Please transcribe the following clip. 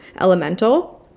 Elemental